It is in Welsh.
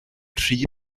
rhy